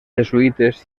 jesuïtes